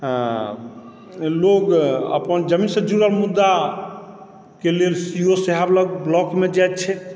लोग अपन जन्मसँ जुड़ल मुद्दाके लेल सी ओ साहब लग ब्लॉकमे जाइत छथि